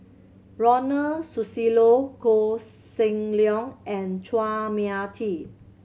Ronald Susilo Koh Seng Leong and Chua Mia Tee